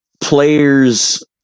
players